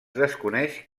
desconeix